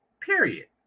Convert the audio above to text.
Period